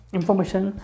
information